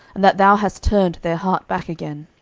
and that thou hast turned their heart back again.